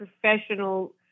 professional